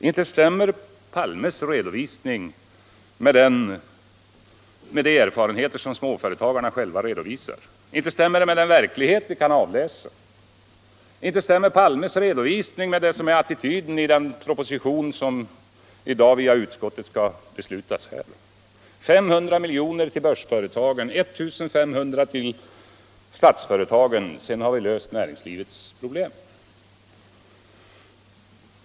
Inte stämmer herr Palmes redogörelse i fråga om småföretagsamheten med de erfarenheter som småföretagarna själva redovisar. Inte stämmer den med den verklighet vi kan avläsa. Inte stämmer herr Palmes redovisning med attityden i den proposition som kammaren i dag skall besluta om: 500 miljoner till börsföretagen och 1 500 miljoner till statsföretagen, och sedan har vi löst näringslivets problem.